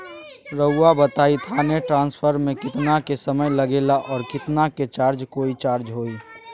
रहुआ बताएं थाने ट्रांसफर में कितना के समय लेगेला और कितना के चार्ज कोई चार्ज होई?